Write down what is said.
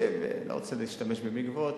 אני לא רוצה להשתמש במלים גבוהות,